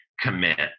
commit